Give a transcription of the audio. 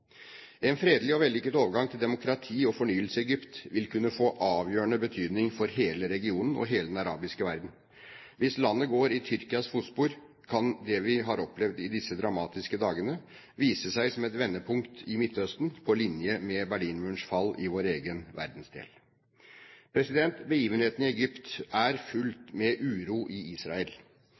En fredelig og vellykket overgang til demokrati og fornyelse i Egypt vil kunne få avgjørende betydning for hele regionen og hele den arabiske verden. Hvis landet går i Tyrkias fotspor, kan det vi har opplevd i disse dramatiske dagene, vise seg som et vendepunkt i Midtøsten på linje med Berlinmurens fall i vår egen verdensdel. Begivenhetene i Egypt er fulgt med uro i Israel.